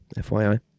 FYI